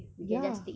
ya